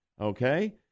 okay